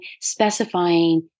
specifying